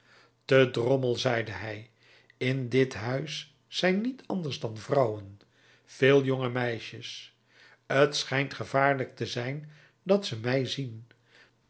te drommel zeide hij in dit huis zijn niet anders dan vrouwen veel jonge meisjes t schijnt gevaarlijk te zijn dat ze mij zien